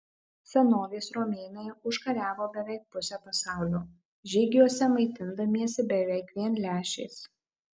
senovės romėnai užkariavo beveik pusę pasaulio žygiuose maitindamiesi beveik vien lęšiais